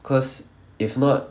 cause if not